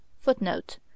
Footnote